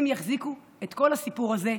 הן יחזיקו את כל הסיפור הזה,